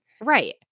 Right